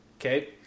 Okay